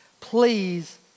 please